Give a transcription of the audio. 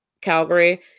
Calgary